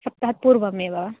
सप्ताहात् पूर्वम् एव